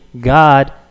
God